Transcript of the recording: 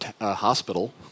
hospital